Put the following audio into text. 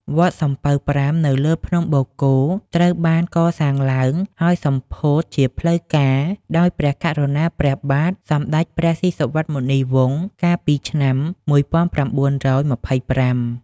វត្តសំពៅប្រាំនៅលើភ្នំបូកគោត្រូវបានកសាងឡើង ហើយសម្ពោធជាផ្លូវការដោយព្រះករុណា ព្រះបាទសម្ដេចព្រះស៊ីសុវត្ថិ-មុនីវង្ស កាលពីឆ្នាំ ១៩២៥ ។